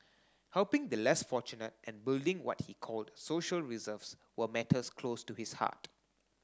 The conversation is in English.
helping the less fortunate and building what he called social reserves were matters close to his heart